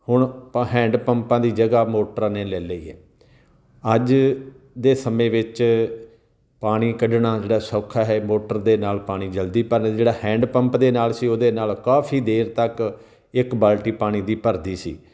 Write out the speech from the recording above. ਹੁਣ ਆਪਾਂ ਹੈਂਡ ਪੰਪਾਂ ਦੀ ਜਗ੍ਹਾ ਮੋਟਰਾਂ ਨੇ ਲੈ ਲਈ ਹੈ ਅੱਜ ਦੇ ਸਮੇਂ ਵਿੱਚ ਪਾਣੀ ਕੱਢਣਾ ਜਿਹੜਾ ਸੌਖਾ ਹੈ ਮੋਟਰ ਦੇ ਨਾਲ ਪਾਣੀ ਜਲਦੀ ਭਰਦਾ ਜਿਹੜਾ ਹੈਂਡ ਪੰਪ ਦੇ ਨਾਲ ਸੀ ਉਹਦੇ ਨਾਲ ਕਾਫੀ ਦੇਰ ਤੱਕ ਇੱਕ ਬਾਲਟੀ ਪਾਣੀ ਦੀ ਭਰਦੀ ਸੀ